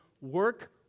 work